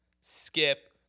skip